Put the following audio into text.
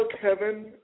Kevin